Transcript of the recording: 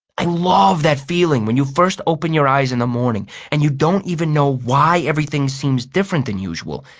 i love that feeling when you first open your eyes in the morning and you don't even know why everything seems different than usual.